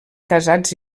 casats